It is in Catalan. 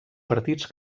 partits